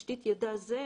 על בסיס תשתית הידע הזה,